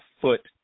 foot